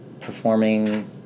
performing